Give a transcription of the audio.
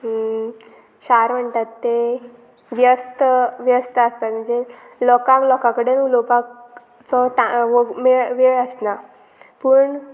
शार म्हणटात ते व्यस्त व्यस्त आसता म्हणजे लोकांक लोकां कडेन उलोवपाचो टायम मेळ वेळ आसना पूण